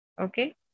Okay